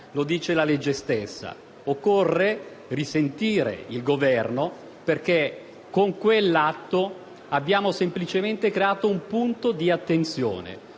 Lo dice la legge stessa: occorre risentire il Governo perché con quell'atto abbiamo semplicemente creato un punto di attenzione.